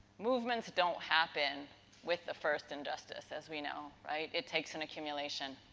movements don't happen with the first injustice, as we know. right? it takes an accumulation.